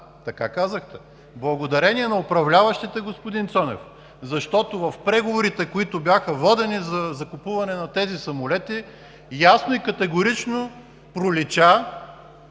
така казахте. Благодарение на управляващите, господин Цонев, защото в преговорите, които бяха водени, за закупуване на тези самолети, ясно и категорично пролича